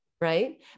right